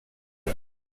umwe